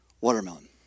watermelon